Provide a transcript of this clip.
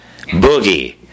Boogie